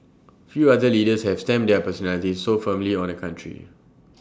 few other leaders have stamped their personalities so firmly on A country